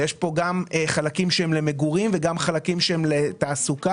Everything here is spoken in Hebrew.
גם חלקים שהם למגורים וגם חלקים לתעסוקה.